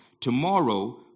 Tomorrow